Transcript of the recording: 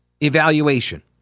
evaluation